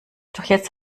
jetzt